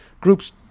groups